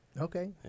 okay